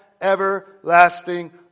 everlasting